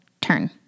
turn